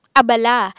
abala